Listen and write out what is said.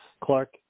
Clark